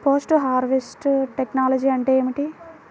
Post harvest technology అంటే ఏమిటి?